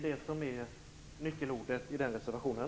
Det är nyckelordet i reservationen.